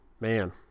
man